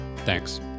Thanks